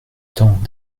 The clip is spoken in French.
temps